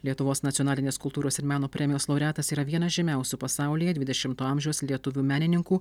lietuvos nacionalinės kultūros ir meno premijos laureatas yra vienas žymiausių pasaulyje dvidešimto amžiaus lietuvių menininkų